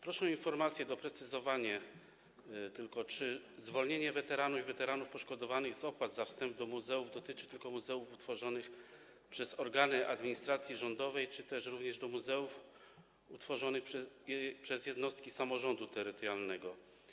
Proszę o informację, doprecyzowanie, czy zwolnienie weteranów i weteranów poszkodowanych z opłat za wstęp do muzeów dotyczy tylko muzeów utworzonych przez organy administracji rządowej czy też również muzeów utworzonych przez jednostki samorządu terytorialnego.